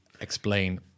explain